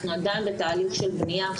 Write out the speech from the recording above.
אנחנו עדיין בתהליך של בנייה.